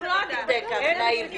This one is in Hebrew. אנחנו לא עד כדי כך נאיביות.